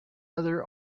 other